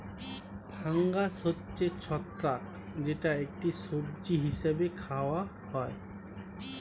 fungus হচ্ছে ছত্রাক যেটা একটি সবজি হিসেবে খাওয়া হয়